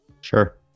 sure